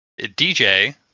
DJ